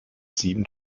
sieben